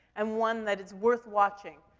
and one that is worth watching,